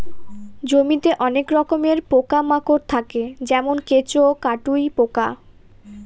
জমিতে অনেক রকমের পোকা মাকড় থাকে যেমন কেঁচো, কাটুই পোকা